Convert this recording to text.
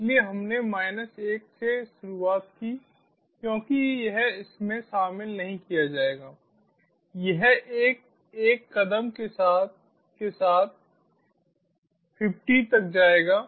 इसलिए हमने 1 से शुरुआत की क्योंकि इसमें शामिल नहीं किया जाएगा यह एक एक कदम के साथ के साथ 50 तक जाएगा